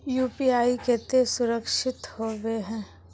UPI केते सुरक्षित होबे है?